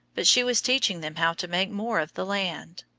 but she was teaching them how to make more of the land.